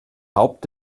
haupt